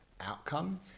outcome